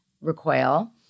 recoil